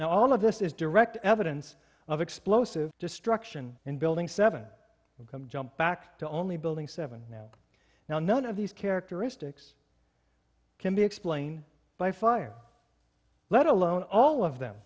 and all of this is direct evidence of explosive destruction in building seven come jump back to only building seven now now none of these characteristics can be explained by fire let alone all of them